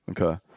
Okay